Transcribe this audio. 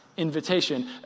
invitation